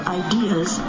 ideas